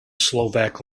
slovak